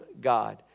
God